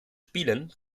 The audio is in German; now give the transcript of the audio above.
spielen